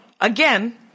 again